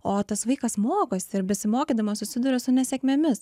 o tas vaikas mokosi ir besimokydamas susiduria su nesėkmėmis